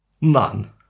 None